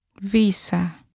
Visa